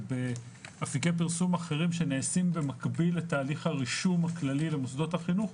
ובאפיקי פרסום אחרים שנעשים במקביל לתהליך הרישום הכללי למוסדות החינוך,